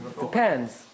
depends